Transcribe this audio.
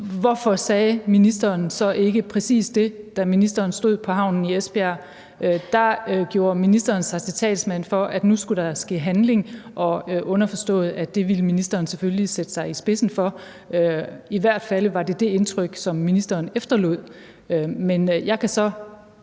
Hvorfor sagde ministeren så ikke præcis det, da ministeren stod på havnen i Esbjerg? Der gjorde ministeren sig til talsmand for, at nu skulle der ske handling, underforstået, at det ville ministeren selvfølgelig sætte sig i spidsen for. I hvert fald var det det indtryk, som ministeren efterlod. Men jeg kan så